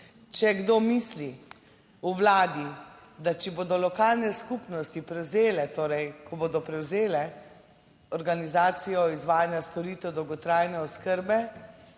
Če kdo misli v Vladi, da če bodo lokalne skupnosti prevzele, torej ko bodo prevzele organizacijo izvajanja storitev dolgotrajne oskrbe,